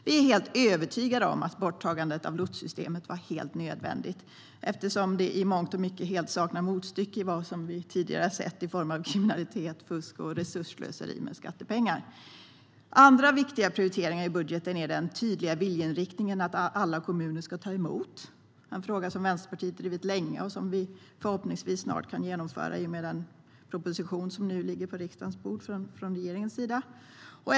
Vi är helt övertygade om att borttagandet av lotssystemet var helt nödvändigt, eftersom det i mångt och mycket helt saknar motstycke när det gäller vad vi tidigare har sett i form av kriminalitet, fusk och resursslöseri med skattepengar. Andra viktiga prioriteringar i budgeten är den tydliga viljeinriktningen att alla kommuner ska ta emot. Det är en fråga som Vänsterpartiet har drivit länge och som vi förhoppningsvis snart kan genomföra, i och med den proposition från regeringen som nu ligger på riksdagens bord.